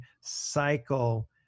cycle